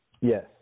Yes